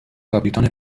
کاپیتان